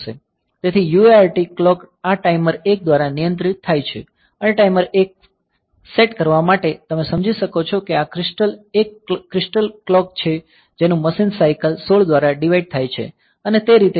તેથી UART clock આ timer 1 દ્વારા નિયંત્રિત થાય છે અને ટાઈમર 1 સેટ કરવા માટે તમે સમજી શકો છો કે આ ક્રિસ્ટલ એક ક્રિસ્ટલ ક્લોક છે જેનું મશીન સાઇકલ 16 દ્વારા ડીવાઈડ થાય છે અને તે રીતે